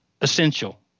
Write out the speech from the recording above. essential